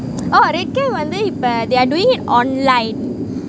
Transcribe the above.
oh red camp வந்து இப்ப:vanthu ippa they are doing it online